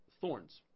thorns